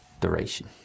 Duration